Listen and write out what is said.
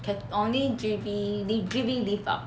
can only G_V lift G_V lift up